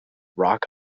rock